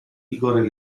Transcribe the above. vigore